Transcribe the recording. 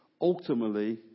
ultimately